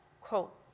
quote